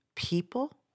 People